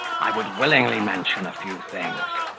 i would willingly mention a few things,